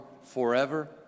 forever